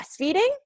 breastfeeding